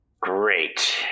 Great